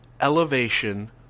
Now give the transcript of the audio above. elevation